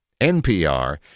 NPR